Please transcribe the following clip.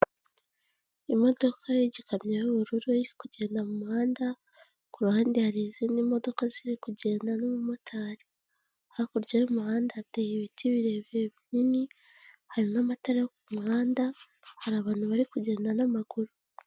Imodokagikamyo y'ubururu iri kugenda mumuhanda ku ruhande hari izindi modoka ziri kugenda n'umumotari hakurya y'umuhanda, hateye ibiti birebire binini harimo amatara kumuhanda hari abantu bari kugenda n'amaguru.